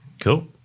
Cool